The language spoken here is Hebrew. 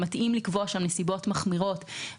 ומתאים לקבוע שהנסיבות מחמירות,